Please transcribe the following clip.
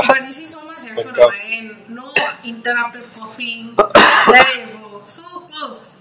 but you see so much I got on my end no interrupted coughing there you go so good